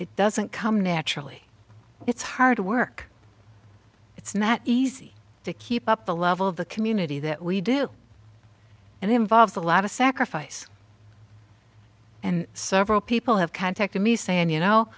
it doesn't come naturally it's hard work it's not easy to keep up the level of the community that we do and it involves a lot of sacrifice and several people have contacted me saying you know